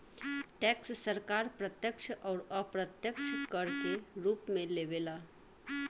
tax सरकार प्रत्यक्ष अउर अप्रत्यक्ष कर के रूप में लेवे ला